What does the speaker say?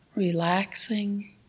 Relaxing